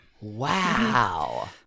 Wow